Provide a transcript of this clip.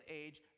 age